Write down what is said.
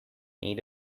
need